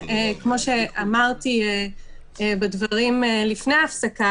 אם היא רוצה להטיל קנס על הפרת בידוד,